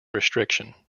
restriction